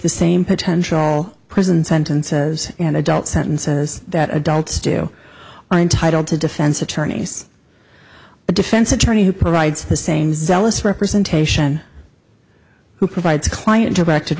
the same potential prison sentences and adult sentences that adults do on entitled to defense attorneys the defense attorney who provides the same zealous representation who provides client elected